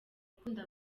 ukunda